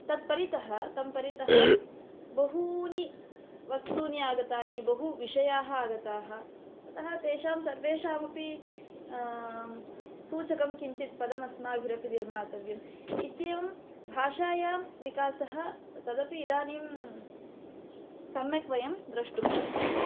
तत् परितः तं परितः बहूनि वस्तूनि आगतानि बहु विषयाः आगताः अतः तेषां सर्वेषामपि सूचकं किञ्चित् पदमस्माभिरपि निर्मातव्यम् इत्येवं भाषायां विकासः तदपि इदानीं सम्यक् वयं द्रष्टुं शक्नुमः